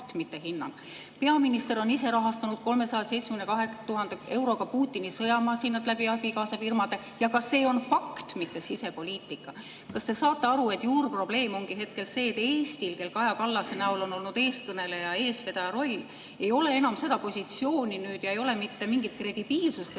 Peaminister on ise rahastanud 370 000 euroga Putini sõjamasinat oma abikaasa firmade kaudu. Ja ka see on fakt, mitte sisepoliitika! Kas te saate aru, et juurprobleem ongi hetkel see, et Eestil, kel Kaja Kallase näol on olnud eestkõneleja, eestvedaja roll, ei ole enam seda positsiooni ja ei ole mitte mingit kredibiilsust,